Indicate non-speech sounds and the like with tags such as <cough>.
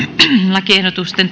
lakiehdotusten <unintelligible>